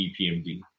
EPMD